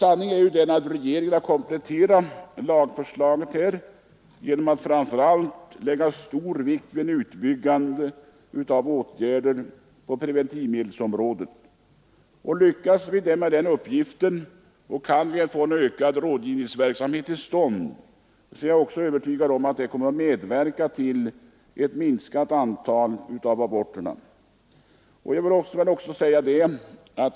Sanningen är den att regeringen kompletterat lagförslaget framför allt genom att lägga stor vikt vid en utbyggnad av åtgärderna på preventivmedelsområdet. Lyckas vi med den uppgiften och får en ökad rådgivningsverksamhet till stånd, är jag övertygad om att det kommer att medverka till en minskning av antalet aborter.